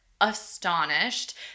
astonished